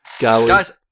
guys